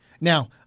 Now